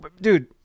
Dude